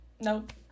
Nope